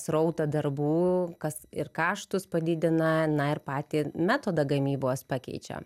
srautą darbų kas ir kaštus padidina na ir patį metodą gamybos pakeičia